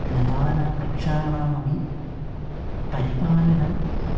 लतानां वृक्षाणामपि परिपालनं